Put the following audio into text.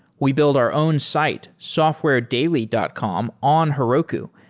we build our own site, softwaredaily dot com on heroku,